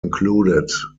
included